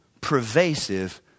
pervasive